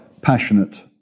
passionate